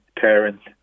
parents